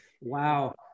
Wow